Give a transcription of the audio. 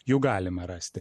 jų galima rasti